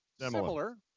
Similar